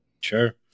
Sure